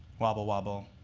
wobble wobble,